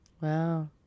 Wow